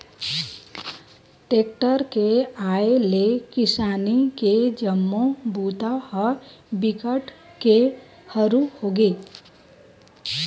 tractor के आए ले किसानी के जम्मो बूता ह बिकट के हरू होगे